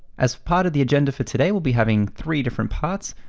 as part of the agenda for today, we'll be having three different parts.